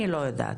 אני לא יודעת.